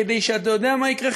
כדי שאתה יודע מה יקרה,